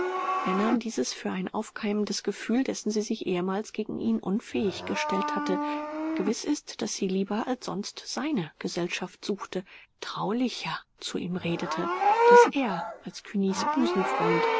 er nahm dieses für ein aufkeimendes gefühl dessen sie sich ehemals gegen ihn unfähig gestellt hatte gewiß ist daß sie lieber als sonst seine gesellschaft suchte traulicher zu ihm redete daß er als